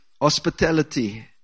Hospitality